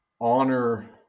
honor